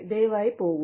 ദയവായി പോകൂ